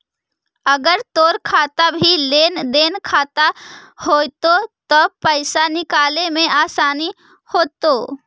अगर तोर खाता भी लेन देन खाता होयतो त पाइसा निकाले में आसानी होयतो